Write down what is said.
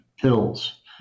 pills